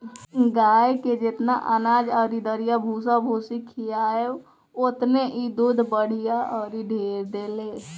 गाए के जेतना अनाज अउरी दरिया भूसा भूसी खियाव ओतने इ दूध बढ़िया अउरी ढेर देले